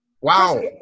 Wow